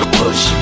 push